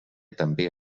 també